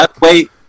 wait